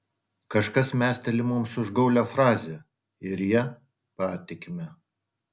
kažkas mesteli mums užgaulią frazę ir ja patikime